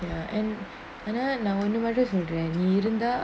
ya and ஆனா நா ஒன்னு மட்டு சொல்ரன் நீ இருந்தா:aana na onnu mattu solran nee irunthaa